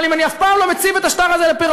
אבל אם אני אף פעם לא מציב את השטר הזה לפירעון,